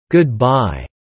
Goodbye